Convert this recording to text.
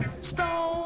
stone